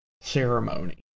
ceremony